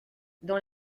dans